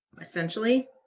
Essentially